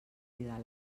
cridar